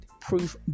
proof